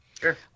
Sure